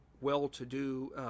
well-to-do